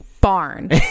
barn